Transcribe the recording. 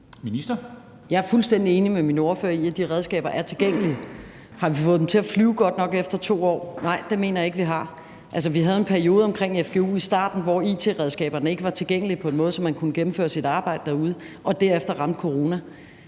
Jeg er fuldstændig enig med min ordfører i, at de redskaber er tilgængelige. Har vi fået dem til at flyve godt nok efter 2 år? Nej, det mener jeg ikke vi har. Altså, vi havde en periode omkring fgu i starten, hvor it-redskaberne ikke var tilgængelige på en måde, så man kunne gennemføre sit arbejdet derude, og derefter ramte corona.